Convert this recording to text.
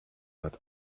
that